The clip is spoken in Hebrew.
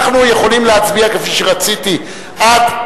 אנחנו יכולים להצביע כפי שרציתי עד,